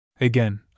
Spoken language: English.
Again